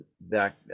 back